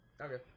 Okay